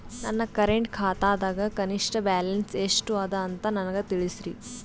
ನನ್ನ ಕರೆಂಟ್ ಖಾತಾದಾಗ ಕನಿಷ್ಠ ಬ್ಯಾಲೆನ್ಸ್ ಎಷ್ಟು ಅದ ಅಂತ ನನಗ ತಿಳಸ್ರಿ